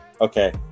okay